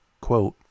quote